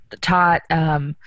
Taught